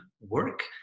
work